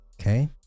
okay